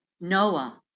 Noah